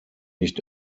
nicht